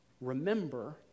remember